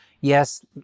yes